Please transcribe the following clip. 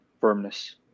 firmness